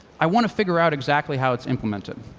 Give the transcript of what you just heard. i want to figure out exactly how it's implemented.